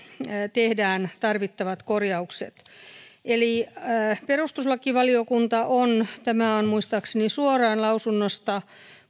tehdään tarvittavat korjaukset perustuslakivaliokunta tämä on muistaakseni suoraan lausunnosta